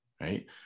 right